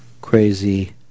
crazy